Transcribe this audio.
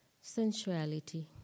sensuality